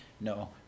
No